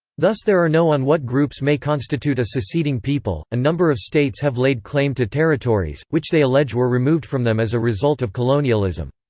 thus there are no on what groups may constitute a seceding people a number of states have laid claim to territories, which they allege were removed from them as a result of colonialism.